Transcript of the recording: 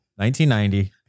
1990